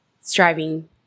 striving